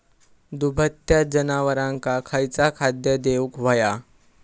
दुभत्या जनावरांका खयचा खाद्य देऊक व्हया?